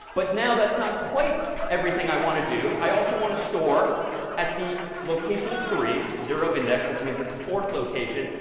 but now that's not quite everything i want to do. i also want to store at the location three, zero index, which means it's the fourth location,